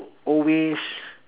always